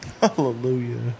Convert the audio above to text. Hallelujah